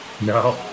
No